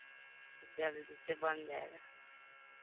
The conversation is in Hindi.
जल्दी से बन जाएगा